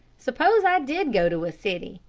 suppose i did go to a city.